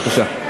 בבקשה.